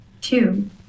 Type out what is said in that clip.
two